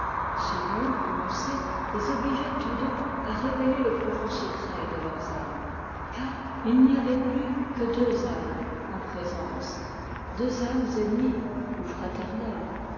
ce nom prononcé les obligeait tous deux à révéler le profond secret de leurs âmes car il n'y avait plus que deux âmes en présence deux âmes ennemies ou fraternelles